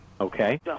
Okay